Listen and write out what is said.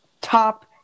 top –